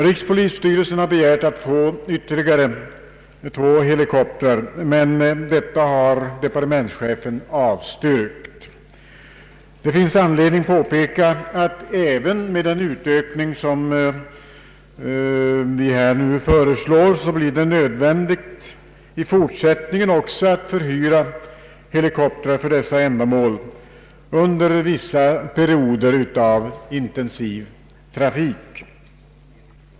Rikspolisstyrelsen har begärt att få yt terligare två helikoptrar, men detta har departementschefen avstyrkt. Det finns anledning att påpeka att det — även med den ökning av antalet helikoptrar som vi här föreslår — blir nödvändigt att också i fortsättningen förhyra helikoptrar under vissa perioder av intensiv trafikövervakning.